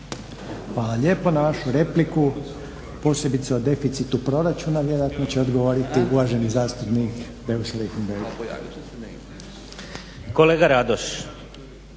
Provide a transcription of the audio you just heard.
lijepo. Na vašu repliku posebice o deficitu proračuna vjerojatno će odgovoriti uvaženi zastupnik Beus